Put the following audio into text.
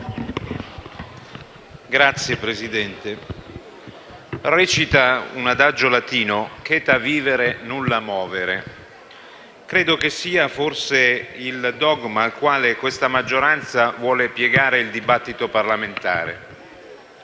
Signor Presidente, recita un adagio latino: *quieta non movere*. Credo che sia, forse, il dogma al quale questa maggioranza vuole piegare il dibattito parlamentare;